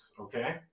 okay